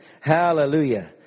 Hallelujah